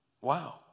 Wow